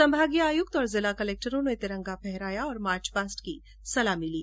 संभागीय आयुक्त और जिला कलेक्टरों ने तिरंगा फहराया और मार्च पास्ट की सलामी ली